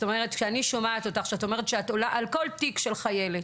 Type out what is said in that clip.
כשאני שומעת אותך אומרת שאת עולה על כל תיק של חיילת,